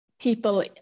people